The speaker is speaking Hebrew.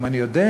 אם אני יודע,